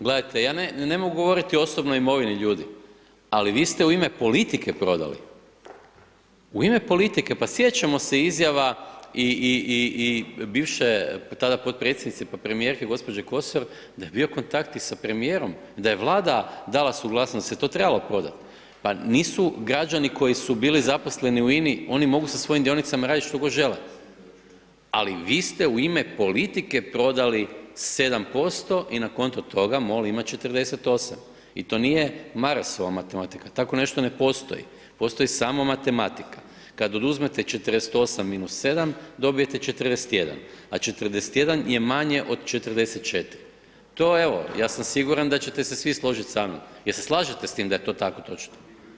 Gledajte ja ne mogu govoriti o osobnoj imovini ljudi, ali vi ste u ime politike prodali, u ime politike, pa sjećamo se izjava i bivše tada podpredsjednice pa premijerke gospođe Kosor da je bio i kontakt sa premijerom i da je vlada dala suglasnost, jel je to trebalo prodat, pa nisu građani koji su bili zaposleni u INI, oni mogu sa svojim dionicama radit što god žele, ali vi ste u ime politike prodali 7% i na konto toga MOL ima 48% i to nije Marasova matematika, tako nešto ne postoji, postoji samo matematika, kad oduzmete 48 minus 7 dobijete 41, a 41 je manje 44, to evo ja sam siguran da ćete se svi složit sa mnom, jel se slažete s tim da je to tako točno.